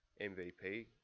MVP